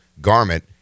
garment